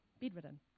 bedridden